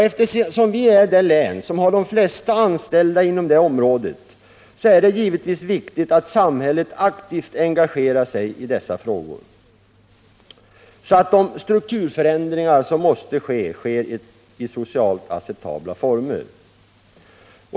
Eftersom detta är det län som har de flesta anställda inom det området är det viktigt att samhället aktivt engagerar sig i dessa frågor, så att de strukturförändringar som är nödvändiga sker i socialt acceptabla former.